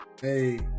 hey